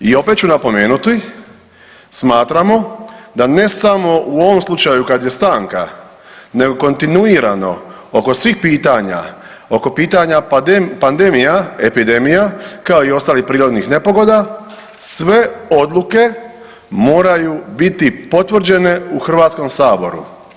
I opet ću napomenuti, smatramo da ne samo u ovom slučaju kad je stanka nego kontinuirano oko svih pitanja, oko pitanja pandemija, epidemija kao i ostalih prirodnih nepogoda, sve odluke moraju biti potvrđene u Hrvatskom saboru.